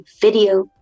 video